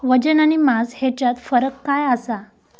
वजन आणि मास हेच्यात फरक काय आसा?